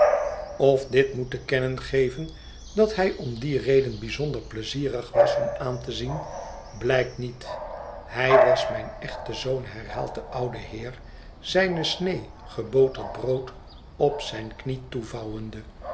doet mijnhe moet te kennen geven dat hij om die reden bijzonder pleizierig was om aan te zien blijkt niet hij was mijn echte zoon herhaalt de oude heer zijne snee geboterd brood op zijne knie